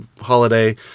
holiday